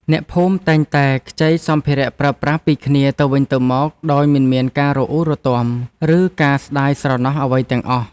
អ្នកភូមិតែងតែខ្ចីសម្ភារៈប្រើប្រាស់ពីគ្នាទៅវិញទៅមកដោយមិនមានការរអ៊ូរទាំ ឬការស្ដាយស្រណោះអ្វីទាំងអស់។